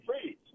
please